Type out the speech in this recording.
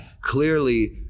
clearly